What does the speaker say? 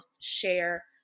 share